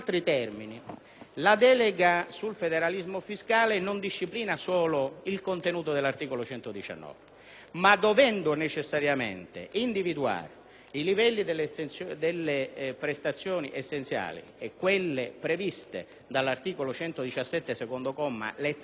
la delega sul federalismo fiscale non disciplina solo il contenuto dell'articolo 119, ma, dovendo necessariamente individuare i livelli delle prestazioni essenziali e quelle previste dall'articolo 117, comma 2,